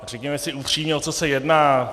Řekněme si upřímně, o co se jedná.